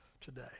today